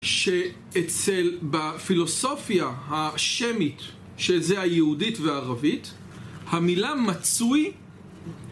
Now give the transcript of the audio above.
שאצל בפילוסופיה השמית של זה היהודית וערבית המילה מצוי